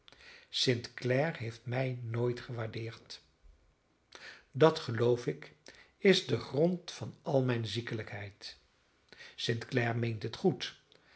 st clare heeft mij nooit gewaardeerd dat geloof ik is de grond van al mijne ziekelijkheid st clare meent het goed